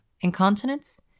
incontinence